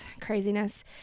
craziness